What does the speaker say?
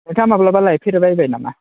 नोंथाङा माब्लाबा लायफेरबाय नामा